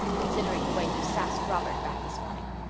considering the way you sassed robert back this morning.